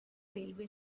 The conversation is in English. railway